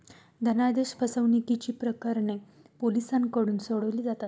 धनादेश फसवणुकीची प्रकरणे पोलिसांकडून सोडवली जातात